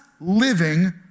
living